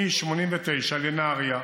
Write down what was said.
מ-89 לנהריה,